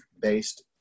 based